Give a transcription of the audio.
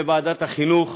בוועדת החינוך,